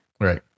Right